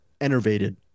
enervated